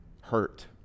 hurt